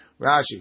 Rashi